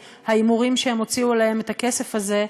ההימורים שהם הוציאו עליהם את הכסף הזה.